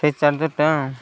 ସେ ଚାର୍ଜର୍ଟା